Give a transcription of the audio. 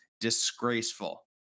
Disgraceful